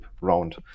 round